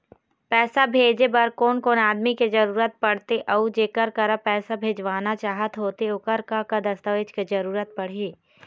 पैसा भेजे बार कोन कोन आदमी के जरूरत पड़ते अऊ जेकर करा पैसा भेजवाना चाहत होथे ओकर का का दस्तावेज के जरूरत पड़ही?